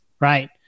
Right